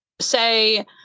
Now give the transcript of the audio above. say